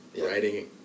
writing